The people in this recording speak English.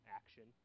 action